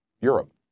Europe